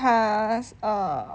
她 err